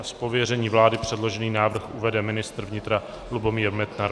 Z pověření vlády předložený návrh uvede ministr vnitra Lubomír Metnar.